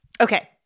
Okay